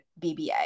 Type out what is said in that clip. BBA